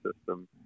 system